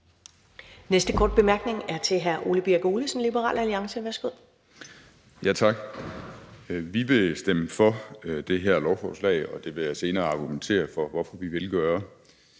næste korte bemærkning er til hr. Ole Birk Olesen, Liberal Alliance. Værsgo. Kl. 10:14 Ole Birk Olesen (LA): Tak. Vi vil stemme for det her lovforslag, og jeg vil senere argumentere for, at vi vil gøre